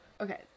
Okay